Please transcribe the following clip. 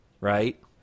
right